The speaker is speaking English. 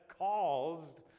caused